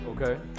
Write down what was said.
Okay